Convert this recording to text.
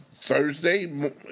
Thursday